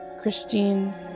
Christine